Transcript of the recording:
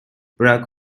barack